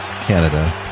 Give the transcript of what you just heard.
Canada